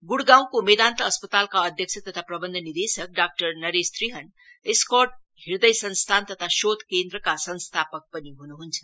गुइगाउँको क मेदान्त अस्पतालका अध्यक्ष तथा प्रबन्ध निर्देशक डाक्टर नरेश त्रिहन एस्कर्ट हृदय संस्थान तथा शोध केन्द्रका संस्थापक पनि हन्हन्छ